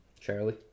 Charlie